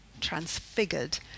transfigured